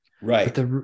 Right